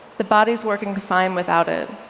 the body is working fine without it,